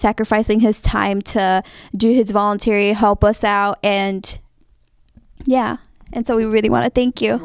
sacrificing his time to do his voluntary help us out and yeah and so we really want to thank you